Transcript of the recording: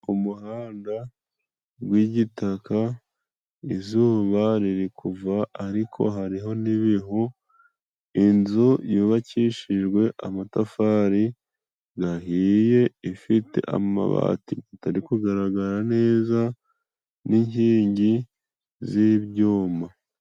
Umuhanda w'igitaka, izuba riri kuva ariko hariho n'ibihu, inzu yubakishijwe amatafari gahiye ifite, amabati atari kugaragara neza n'inkingi z'ibyuma.